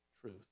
truth